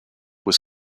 was